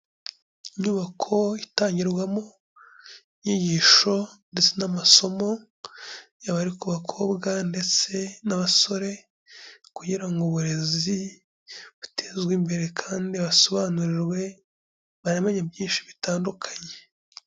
Inyubako itangirwamo inyigisho ndetse n'amasomo yaba ari ku bakobwa ndetse n'abasore kugira ngo uburezi butezwe imbere kandi basobanurirwe, banamenye byinshi bitandukanye.